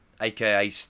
AKA